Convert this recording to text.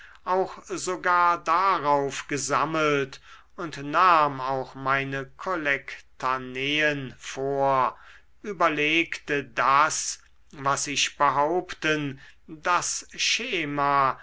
auch sogar darauf gesammelt und nahm auch meine kollektaneen vor überlegte das was ich behaupten das schema